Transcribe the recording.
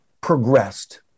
progressed